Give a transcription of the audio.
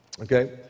okay